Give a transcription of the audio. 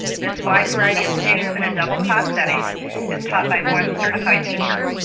this wide variety of students in a double class setting is taught by one certified teacher.